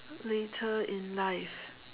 later in life